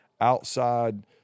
outside